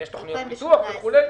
יש תוכניות פיתוח וכולי.